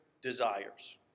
desires